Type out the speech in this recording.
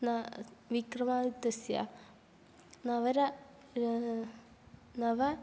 न विक्रमादित्यस्य नवर नव